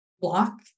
block